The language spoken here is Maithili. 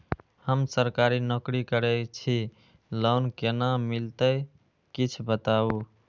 हम सरकारी नौकरी करै छी लोन केना मिलते कीछ बताबु?